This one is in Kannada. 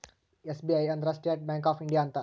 ಎಸ್.ಬಿ.ಐ ಅಂದ್ರ ಸ್ಟೇಟ್ ಬ್ಯಾಂಕ್ ಆಫ್ ಇಂಡಿಯಾ ಅಂತ